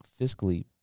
fiscally